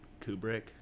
Kubrick